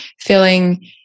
feeling